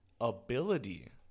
ability